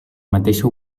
mateixa